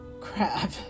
crap